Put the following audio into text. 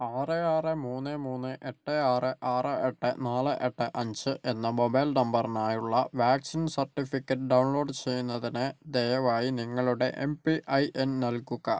ആറ് ആറ് മൂന്ന് മൂന്ന് എട്ട് ആറ് ആറ് എട്ട് നാല് എട്ട് അഞ്ച് എന്ന മൊബൈൽ നമ്പറിനായുള്ള വാക്സിൻ സർട്ടിഫിക്കറ്റ് ഡൗൺലോഡ് ചെയ്യുന്നതിന് ദയവായി നിങ്ങളുടെ എം പി ഐ എൻ നൽകുക